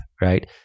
right